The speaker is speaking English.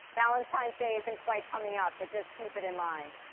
valentine's day isn't quite coming up, but just keep it in mind.